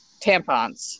tampons